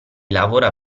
lavora